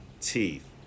teeth